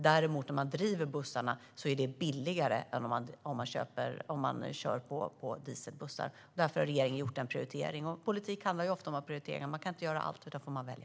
Däremot är det billigare att driva bussarna än om de körs på diesel. Därför har regeringen gjort denna prioritering, och politik handlar ju ofta om att prioritera. Man kan inte göra allt, utan man får välja.